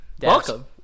welcome